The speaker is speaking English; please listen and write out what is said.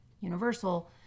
Universal